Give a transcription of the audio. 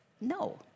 No